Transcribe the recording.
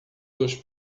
dos